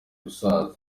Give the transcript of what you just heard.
gusaza